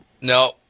No